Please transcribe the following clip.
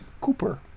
Cooper